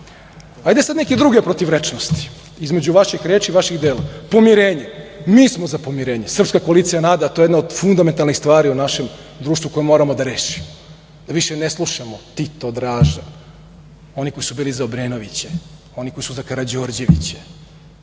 sad neke druge protivrečnosti između vaših reči i vaših dela. Pomirenje, mi smo za pomirenje, Srpska koalicija NADA, to je jedna od fundamentalnih stvari u našem društvu koju moramo da rešimo, da više ne slušamo Tito, Draža, oni koji su bili za Obrenoviće, oni koji su za Karađorđeviće,